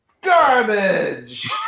Garbage